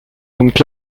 donc